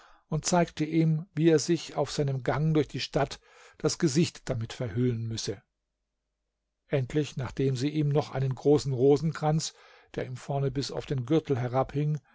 und zeigte ihm wie er sich auf seinem gang durch die stadt das gesicht damit verhüllen müsse endlich nachdem sie ihm noch einen großen rosenkranz der ihm vorne bis auf den gürtel herabhing